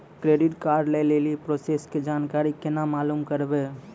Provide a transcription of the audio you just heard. Credit card लय लेली process के जानकारी केना मालूम करबै?